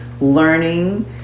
learning